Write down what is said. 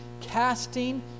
casting